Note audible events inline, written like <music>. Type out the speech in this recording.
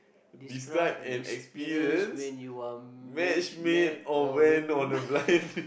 describe an experience when you are match made or went on a <noise>